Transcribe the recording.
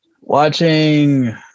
Watching